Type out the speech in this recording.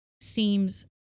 seems